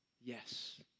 Yes